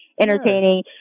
entertaining